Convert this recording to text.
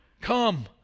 come